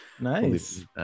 nice